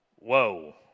Whoa